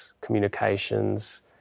communications